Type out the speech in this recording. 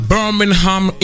Birmingham